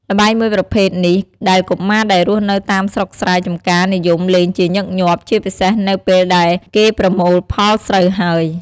ល្បែងមួយប្រភេទនេះដែលកុមារដែលរស់នៅតាមស្រុកស្រែចំការនិយមលេងជាញឹកញាក់ជាពិសេសនៅពេលដែលគេប្រមូលផលស្រូវហើយ។